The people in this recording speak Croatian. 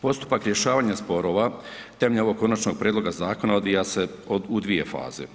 Postupak rješavanja sporova temeljem ovog konačnog prijedloga zakona odvija se u dvije faze.